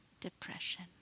depression